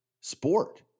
sport